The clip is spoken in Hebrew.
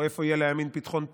או איפה יהיה להם פתחון פה.